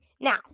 Now